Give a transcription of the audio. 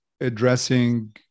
addressing